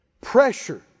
Pressure